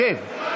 שב.